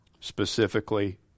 specifically